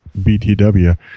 BTW